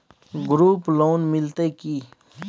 Group loan मिलतै की?